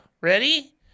Ready